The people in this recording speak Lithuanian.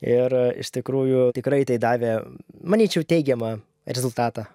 ir iš tikrųjų tikrai tai davė manyčiau teigiamą rezultatą